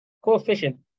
Coefficient